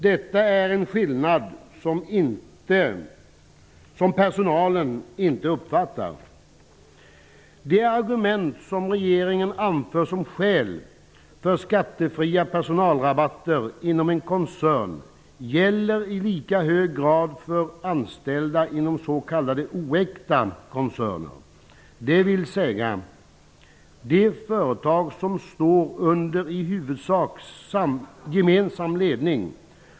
Detta är en skillnad som personalen inte uppfattar. De argument som regeringen anför som skäl för skattefria personalrabatter inom en koncern gäller i lika hög grad för anställda inom s.k. oäkta koncerner, dvs. de företag som står under i huvudsak gemensam ledning.